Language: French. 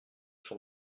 sont